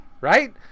right